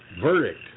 Verdict